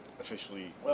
officially